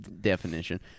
definition